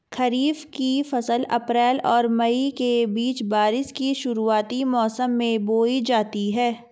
खरीफ़ की फ़सल अप्रैल और मई के बीच, बारिश के शुरुआती मौसम में बोई जाती हैं